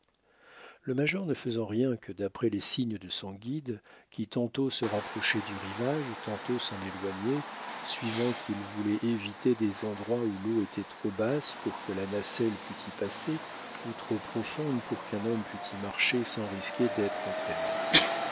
le major ne faisait rien que d'après les signes de son guide qui tantôt se rapprochait du rivage tantôt s'en éloignait suivant qu'il voulait éviter des endroits où l'eau était trop basse pour que la nacelle pût y passer où trop profonde pour qu'un homme pût y marcher sans risquer d'être entraîné